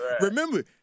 Remember